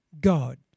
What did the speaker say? God